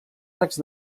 arcs